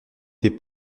été